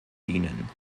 dienen